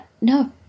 No